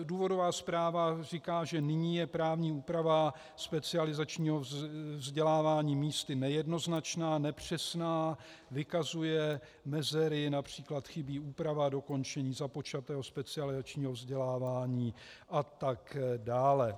Důvodová zpráva říká, že nyní je právní úprava specializačního vzdělávání místy nejednoznačná, nepřesná, vykazuje mezery, například chybí úprava dokončení započatého specializačního vzdělávání atd.